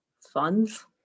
funds